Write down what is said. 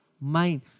mind